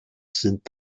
sind